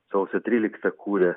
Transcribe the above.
sausio tryliktą kūrė